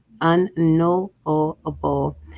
unknowable